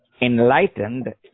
enlightened